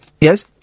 yes